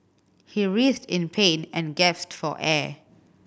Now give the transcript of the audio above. he writhed in pain and gasped for air